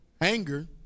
Anger